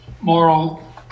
moral